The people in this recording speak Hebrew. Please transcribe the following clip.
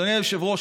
אדוני היושב-ראש,